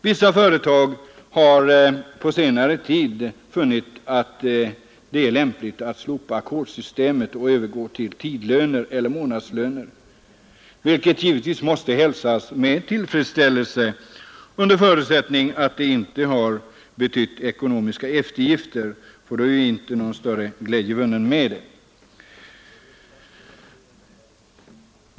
Vissa företag har på senare tid funnit att det är lämpligt att slopa ackordslön och har övergått till timlöner eller månadslöner, vilket måste hälsas med tillfredsställelse under förutsättning att det inte har betytt ekonomiska eftergifter, för då är det ju inte någon större glädje med det.